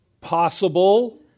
possible